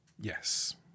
Yes